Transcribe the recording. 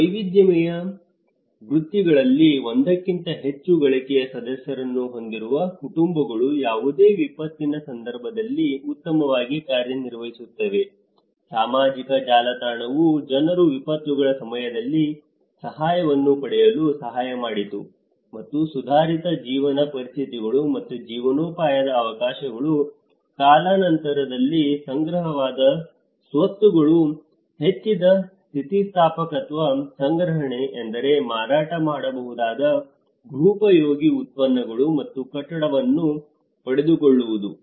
ವೈವಿಧ್ಯಮಯ ವೃತ್ತಿಗಳಲ್ಲಿ ಒಂದಕ್ಕಿಂತ ಹೆಚ್ಚು ಗಳಿಕೆಯ ಸದಸ್ಯರನ್ನು ಹೊಂದಿರುವ ಕುಟುಂಬಗಳು ಯಾವುದೇ ವಿಪತ್ತಿನ ಸಂದರ್ಭದಲ್ಲಿ ಉತ್ತಮವಾಗಿ ಕಾರ್ಯನಿರ್ವಹಿಸುತ್ತವೆ ಸಾಮಾಜಿಕ ಜಾಲತಾಣವು ಜನರು ವಿಪತ್ತುಗಳ ಸಮಯದಲ್ಲಿ ಸಹಾಯವನ್ನು ಪಡೆಯಲು ಸಹಾಯ ಮಾಡಿತು ಮತ್ತು ಸುಧಾರಿತ ಜೀವನ ಪರಿಸ್ಥಿತಿಗಳು ಮತ್ತು ಜೀವನೋಪಾಯದ ಅವಕಾಶಗಳು ಕಾಲಾನಂತರದಲ್ಲಿ ಸಂಗ್ರಹವಾದ ಸ್ವತ್ತುಗಳು ಹೆಚ್ಚಿದ ಸ್ಥಿತಿಸ್ಥಾಪಕತ್ವ ಸಂಗ್ರಹಣೆ ಎಂದರೆ ಮಾರಾಟ ಮಾಡಬಹುದಾದ ಗೃಹೋಪಯೋಗಿ ಉತ್ಪನ್ನಗಳು ಮತ್ತು ಕಟ್ಟಡವನ್ನು ಪಡೆದುಕೊಳ್ಳುವುದು